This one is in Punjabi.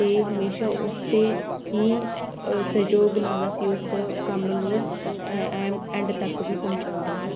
ਅਤੇ ਹਮੇਸ਼ਾਂ ਉਸ ਦੇ ਹੀ ਸਹਿਯੋਗ ਨਾਲ ਅਸੀਂ ਉਸ ਕੰਮ ਨੂੰ ਐਂਡ ਤੱਕ ਵੀ ਪਹੁੰਚਾਉਂਦੇ ਹਾਂ